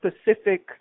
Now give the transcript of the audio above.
specific